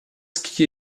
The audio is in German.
ski